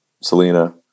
selena